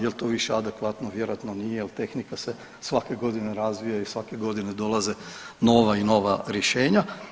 Jel to više adekvatno vjerojatno nije, jer tehnika se svake godine razvija i svake godine dolaze nova i nova rješenja.